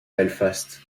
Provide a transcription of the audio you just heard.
belfast